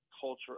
culture